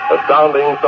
Astounding